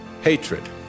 hatred